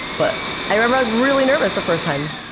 but i remember i was really nervous the first time.